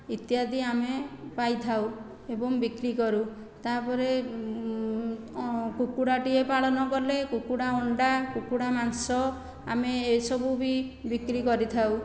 ଇତ୍ୟାଦି ଆମେ ପାଇଥାଉ ଏବଂ ବିକ୍ରି କରୁ ତା'ପରେ କୁକୁଡ଼ାଟିଏ ପାଳନ କଲେ କୁକୁଡ଼ା ଅଣ୍ଡା କୁକୁଡ଼ା ମାଂସ ଆମେ ଏସବୁ ବି ବିକ୍ରି କରିଥାଉ